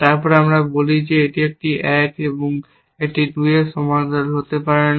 তারপর আমরা বলি যে একটি 1 এবং একটি 2 সমান্তরাল হতে পারে না